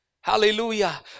Hallelujah